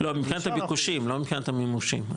לא, מבחינת הביקושים, לא מבחינת המימושים.